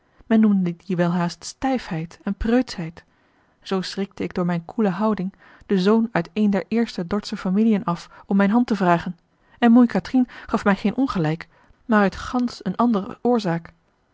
noemde die welhaast stijfheid en preutschheid zoo schrikte ik door mijne koele houding den zoon uit eene der eerste dordsche familiën af om mijne hand te vragen en moei catrine gaf mij geen ongelijk maar uit gansch andere oorzaak